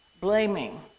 Blaming